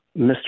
Mr